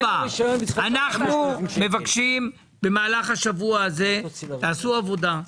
אנחנו מבקשים במהלך השבוע הזה, תעשו עבודה.